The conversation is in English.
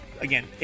again